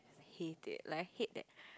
hate it like I hate that